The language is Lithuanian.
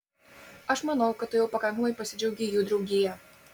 aš manau kad tu jau pakankamai pasidžiaugei jų draugija